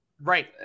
Right